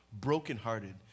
Brokenhearted